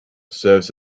serves